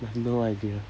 I have no idea